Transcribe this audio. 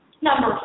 Number